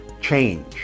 change